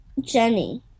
Jenny